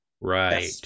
right